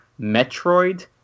Metroid